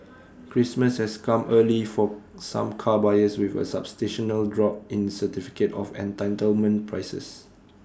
Christmas has come early for some car buyers with A drop in certificate of entitlement prices